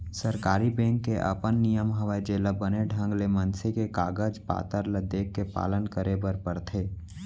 सरकारी बेंक के अपन नियम हवय जेला बने ढंग ले मनसे के कागज पातर ल देखके पालन करे बरे बर परथे